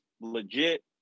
legit